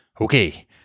okay